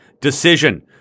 decision